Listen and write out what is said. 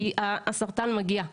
כי הסרטן מגיע.